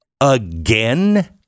again